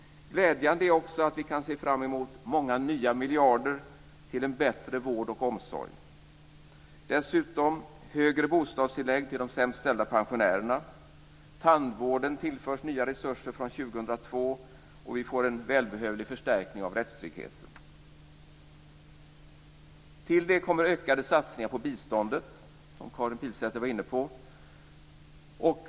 Glädjande är också att vi kan se fram emot många nya miljarder till en bättre vård och omsorg. Dessutom kan vi se fram emot högre bostadstillägg till de sämst ställda pensionärerna. Tandvården tillförs nya resurser från 2002, och vi får en välbehövlig förstärkning av rättstryggheten. Till det kommer ökade satsningar på biståndet, som Karin Pilsäter var inne på.